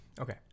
Okay